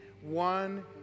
One